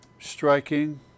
striking